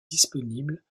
disponibles